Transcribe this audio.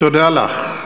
תודה לך.